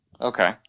Okay